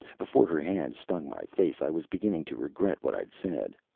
before her hand stung my face, i was beginning to regret what i'd said.